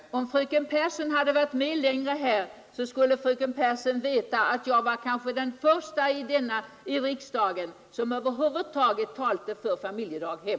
Fru talman! Om fröken Pehrsson hade varit med längre här, så skulle fröken Pehrsson veta att jag kanske var den första i riksdagen som över huvud taget talade för familjedaghem.